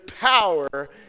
power